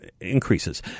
increases